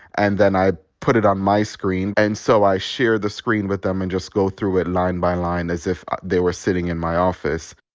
and then i put it on my screen. and so i share the screen with them and just go through it line by line as if they were sitting in my office